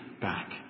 back